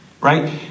Right